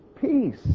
peace